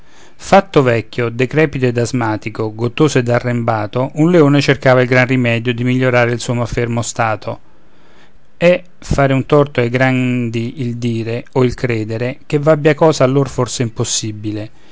fatto vecchio decrepito ed asmatico gottoso ed arrembato un leone cercava il gran rimedio di migliorare il suo malfermo stato è fare un torto ai grandi il dire o il credere che v'abbia cosa a lor forse impossibile